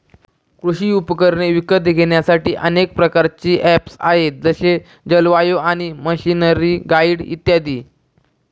कृषी उपकरणे विकत घेण्यासाठी अनेक प्रकारचे ऍप्स आहेत जसे जलवायु ॲप, मशीनरीगाईड इत्यादी